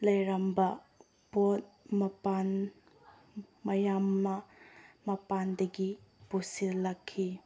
ꯂꯩꯔꯝꯕ ꯄꯣꯠ ꯃꯄꯥꯟ ꯃꯌꯥꯝꯃ ꯃꯄꯥꯟꯗꯒꯤ ꯄꯨꯁꯤꯜꯂꯛꯈꯤ